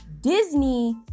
Disney